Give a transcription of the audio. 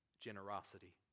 generosity